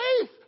faith